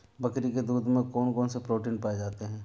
बकरी के दूध में कौन कौनसे प्रोटीन पाए जाते हैं?